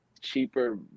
cheaper